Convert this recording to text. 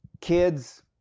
kids